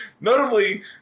Notably